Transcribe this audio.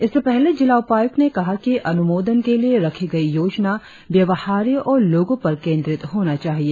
इससे पहले जिला उपायुक्त ने कहा कि अनुमोदन के लिए रखी गई योजना व्यवहार्य और लोगो पर केंद्रित होना चाहिए